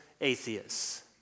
atheists